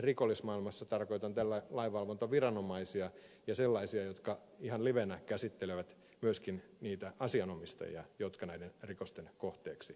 tarkoitan tällä lainvalvontaviranomaisia ja sellaisia jotka ihan livenä käsittelevät myöskin niitä asianomistajia jotka näiden rikosten kohteeksi joutuvat